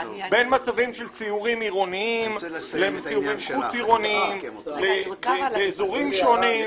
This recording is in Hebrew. בין מצבים של סיורים עירוניים לסיורים חוץ-עירוניים באזורים שונים,